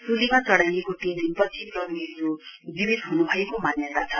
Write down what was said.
सुलीमा चढ़ाइएको तीन दिन पछि प्रभु ईशु जीवित ह्नुभएको मान्यता छ